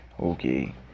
Okay